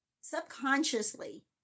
subconsciously